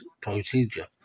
procedure